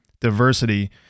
diversity